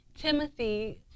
Timothy